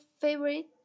favorite